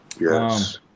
yes